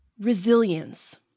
Resilience